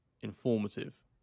informative